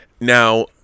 Now